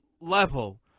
level